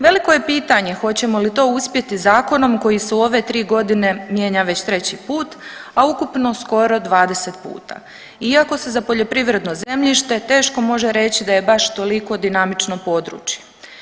Veliko je pitanje hoćemo li to uspjeti zakonom koji su u ove tri godine mijenjan već treći put, a ukupno skoro 20 puta, iako se za poljoprivredno zemljište teško može reći da je baš toliko dinamično područje.